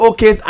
Okay